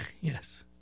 yes